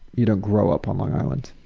you don't grow up on long island.